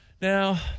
Now